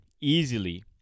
easily